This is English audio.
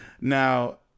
now